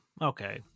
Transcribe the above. Okay